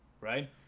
right